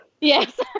Yes